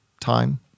time